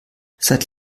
seit